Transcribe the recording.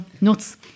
nuts